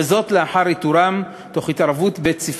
וזאת לאחר איתורם תוך התערבות בית-ספרית.